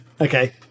Okay